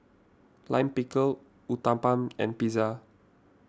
Lime Pickle Uthapam and Pizza